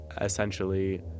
essentially